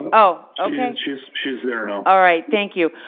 um oh, okay. she's she's there now. all right, thank you.